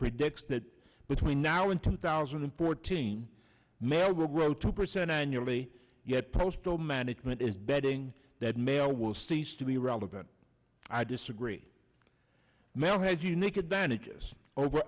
predicts that between now and two thousand and fourteen mail will grow two percent annually yet postal management is betting that mail will cease to be relevant i disagree now has unique advantages over